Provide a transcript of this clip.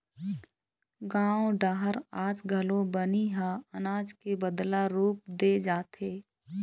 गाँव डहर आज घलोक बनी ह अनाज के बदला रूप म दे जाथे